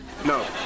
No